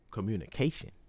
Communication